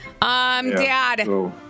Dad